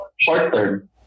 short-term